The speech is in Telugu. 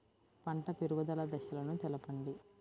పంట పెరుగుదల దశలను తెలపండి?